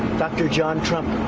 dr. john trump.